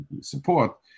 support